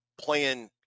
playing